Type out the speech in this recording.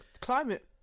climate